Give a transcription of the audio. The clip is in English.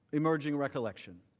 emerging recollection.